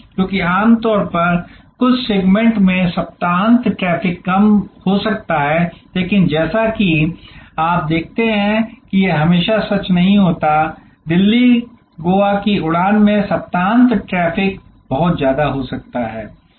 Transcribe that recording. क्योंकि आम तौर पर कुछ सेगमेंट में सप्ताहांत ट्रैफिक कम हो सकता है लेकिन जैसा कि आप देखते हैं कि यह हमेशा सच नहीं होता है दिल्ली गोवा की उड़ान में सप्ताहांत ट्रैफिक बहुत ज्यादा हो सकता है